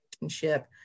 relationship